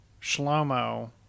Shlomo